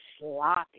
sloppy